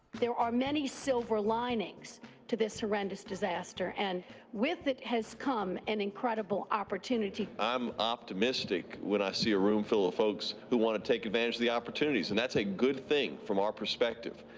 there are many silver linings to this horrendous disaster, and with it has come an incredible opportunity. i'm optimistic when i see a room full of folks who want to take advantage of the opportunities, and that's a good thing from our perspective.